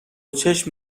چشم